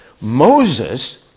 Moses